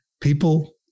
people